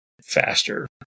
Faster